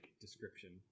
description